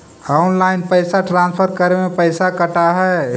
Online पैसा transfer करे में पैसा कटा है?